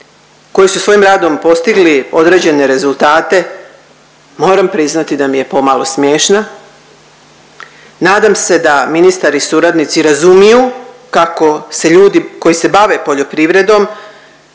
koji su svojim radom postigli određene rezultate moram priznati da mi je pomalo smiješna. Nadam se da ministar i suradnici razumiju kako se ljudi koji se bave poljoprivrednom